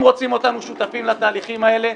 אם רוצים אותנו שותפים לתהליכים האלה,